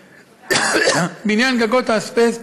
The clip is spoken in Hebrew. בעניין גגות האזבסט,